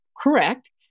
correct